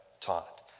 taught